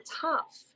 tough